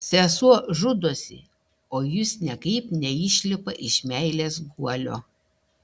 sesuo žudosi o jis niekaip neišlipa iš meilės guolio